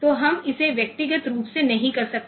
तो हम इसे व्यक्तिगत रूप से नहीं कर सकते